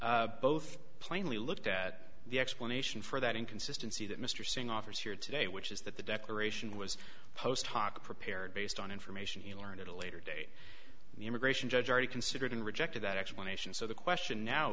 both plainly looked at the explanation for that inconsistency that mr singh offers here today which is that the declaration was post hoc prepared based on information he learned at a later date the immigration judge already considered and rejected that explanation so the question now